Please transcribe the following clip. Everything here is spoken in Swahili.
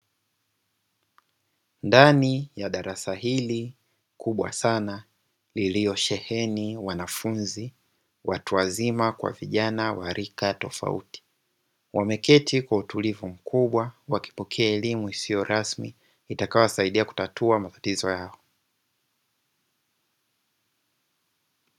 Ndani ya darasa kubwa hili lililosheheni wanafunzi watu wazima kwa vijana wa rika tofauti, wameketi kwa utulivu mkubwa wakipokea elimu isiyo rasmi itakayowasaidia kutatua matatizo yao.